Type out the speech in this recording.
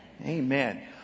Amen